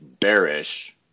bearish